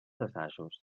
assajos